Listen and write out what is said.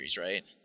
right